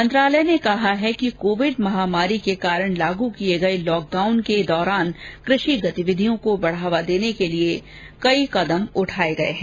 मंत्रालय ने कहा कि कोविड महामारी के कारण लागू किए गए लॉकडाउन के दौरान कृषि गतिविधियों को बढ़ावा देने के लिए कई कदम उठाए गए हैं